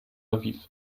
aviv